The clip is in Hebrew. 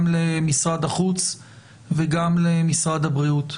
גם למשרד החוץ וגם למשרד הבריאות.